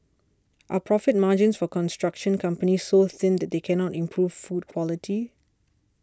are profit margins for construction companies so thin that they cannot improve food quality